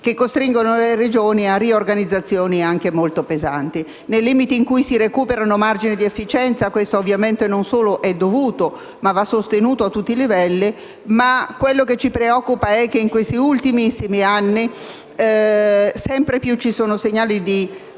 che costringono le Regioni a riorganizzazioni molto pesanti. Nei limiti in cui si recuperano margini di efficienza, questo ovviamente non solo è dovuto, ma va sostenuto a tutti i livelli. Quello che ci preoccupa è il fatto che negli ultimissimi anni sempre più ci siano segnali di difficoltà